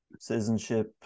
citizenship